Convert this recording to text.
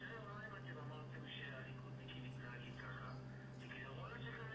יש ביקורת על